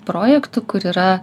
projektų kur yra